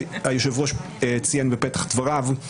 שהיושב-ראש ציין בפתח דבריו.